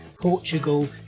Portugal